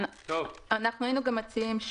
היינו גם מציעים,